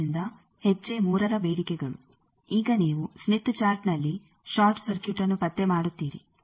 ಆದ್ದರಿಂದ ಹೆಜ್ಜೆ 3ರ ಬೇಡಿಕೆಗಳು ಈಗ ನೀವು ಸ್ಮಿತ್ ಚಾರ್ಟ್ನಲ್ಲಿ ಷಾರ್ಟ್ ಸರ್ಕ್ಯೂಟ್ಅನ್ನು ಪತ್ತೆ ಮಾಡುತ್ತೀರಿ